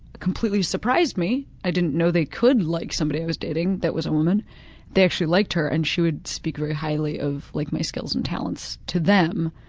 completely surprised me. i didn't know they could like somebody i was dating that was a woman that actually liked her and she would speak very highly of like my skills and talents to them,